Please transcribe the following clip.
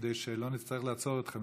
כדי שלא נצטרך לעצור אתכם,